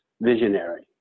visionary